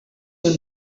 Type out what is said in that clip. you